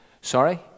sorry